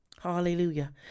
Hallelujah